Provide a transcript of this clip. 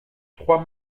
trois